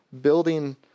building